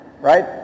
right